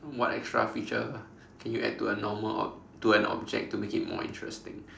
what extra feature can you add to a normal ob~ to an object to make it more interesting